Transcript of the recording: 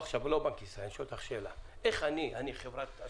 אני שואל אותך שאלה ולא את בנק ישראל.